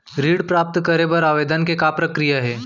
ऋण प्राप्त करे बर आवेदन के का प्रक्रिया हे?